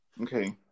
Okay